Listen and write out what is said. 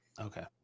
Okay